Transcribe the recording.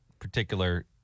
particular